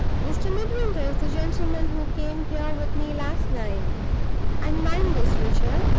mr. midwinter is the gentleman who came here with me last night and mind this, richard,